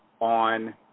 on